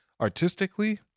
artistically